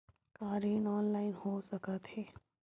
का ऋण ऑनलाइन हो सकत हे?